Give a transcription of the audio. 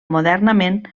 modernament